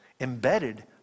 embedded